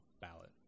ballot